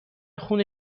خون